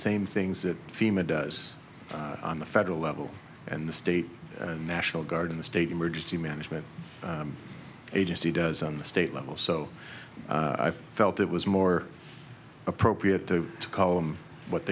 same things that fema does on the federal level and the state and national guard in the state emergency management agency does on the state level so i felt it was more appropriate to call them what